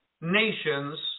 nations